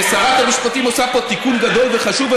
שרת המשפטים עושה פה תיקון גדול וחשוב,